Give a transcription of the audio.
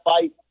fight